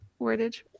wordage